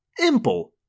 imple